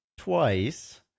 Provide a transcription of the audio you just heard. twice